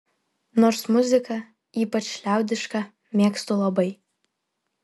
nors muziką ypač liaudišką mėgstu labai